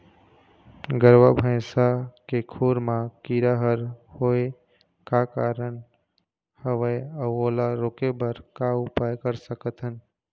गरवा भैंसा के खुर मा कीरा हर होय का कारण हवए अऊ ओला रोके बर का उपाय कर सकथन?